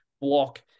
block